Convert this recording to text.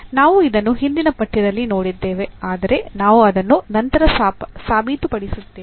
ನಾವು ಇದನ್ನು ಹಿಂದಿನ ಪಠ್ಯದಲ್ಲಿ ನೋಡಿದ್ದೇವೆ ಆದರೆ ನಾವು ಅದನ್ನು ನಂತರ ಸಾಬೀತುಪಡಿಸುತ್ತೇವೆ